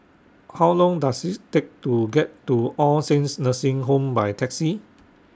How Long Does IT Take to get to All Saints Nursing Home By Taxi